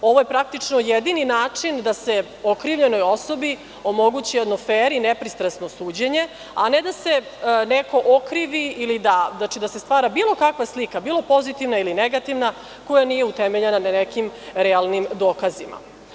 Ovo je praktično jedini način da se okrivljenoj osobi omoguće jedno fer i nepristrasno suđenje, a ne da se neko okrivi ili da se stvara bilo kakva slika, bilo pozitivna ili negativna koja nije utemeljena na nekim realnim dokazima.